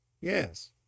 Yes